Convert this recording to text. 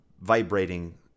vibrating